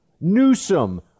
Newsom